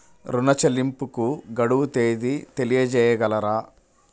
ఋణ చెల్లింపుకు గడువు తేదీ తెలియచేయగలరా?